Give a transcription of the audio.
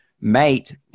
mate